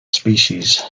species